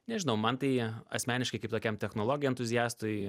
nežinau man tai asmeniškai kaip tokiam technologijų entuziastui